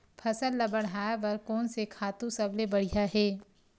फसल ला बढ़ाए बर कोन से खातु सबले बढ़िया हे?